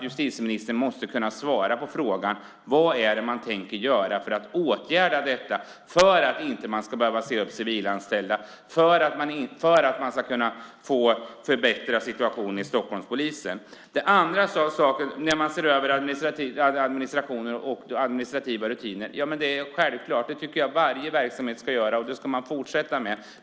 Justitieministern måste kunna svara på frågan: Vad är det man tänker göra för att åtgärda detta så att polisen inte ska behöva säga upp civilanställda och för att situationen för Stockholmspolisen ska kunna förbättras? Den andra saken är att man ska se över administrationen och administrativa rutiner. Det är självklart. Det tycker jag att varje verksamhet ska göra. Det ska man fortsätta med.